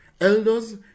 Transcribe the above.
elders